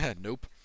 nope